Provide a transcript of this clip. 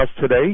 today